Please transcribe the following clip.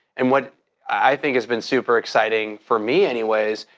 and what i think has been super exciting, for me anyways,